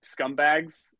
scumbags